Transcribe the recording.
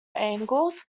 angles